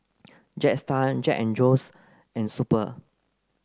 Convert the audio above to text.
Jetstar Jack and Jones and Super